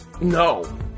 no